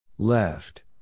Left